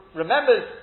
remembers